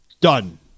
done